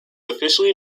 officially